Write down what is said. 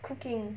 cooking